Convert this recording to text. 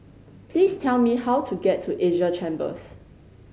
please tell me how to get to Asia Chambers